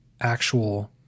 actual